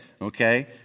Okay